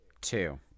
Two